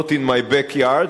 Not In My Back Yard,